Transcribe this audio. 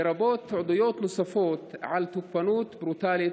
לרבות עדויות נוספות על תוקפנות ברוטלית